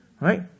Right